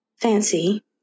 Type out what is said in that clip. Fancy